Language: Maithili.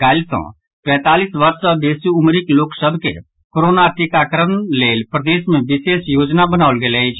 काल्हि सॅ पैंतालीस वर्ष सॅ बेसी उमरिक सभ लोक के कोरोना टीकाकरणक लेल प्रदेश मे विशेष योजना बनाओल गेल अछि